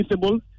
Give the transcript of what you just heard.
visible